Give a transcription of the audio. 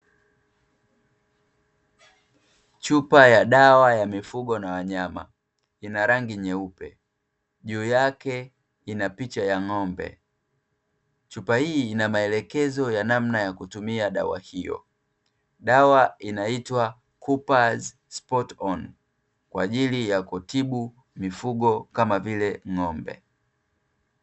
Chupa ya dawa ya mifugo na wanyama, ina rangi nyeupe, juu yake inapicha ya ng'ombe. Çhupa hii ina maelekezo ya namna ya kutumia dawa hiyo. Dawa inaitwa "coopers spot on"; kwa ajili ya kutibu mifugo kama vile ng'ombe.